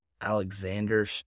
Alexander